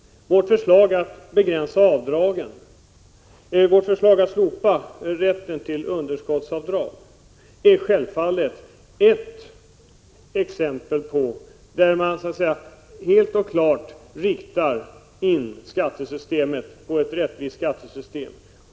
Vårt förslag om att slopa rätten till underskottsavdrag är självfallet ett exempel på en omläggning som helt och klart riktas in på ett rättvist skattesystem.